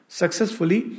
successfully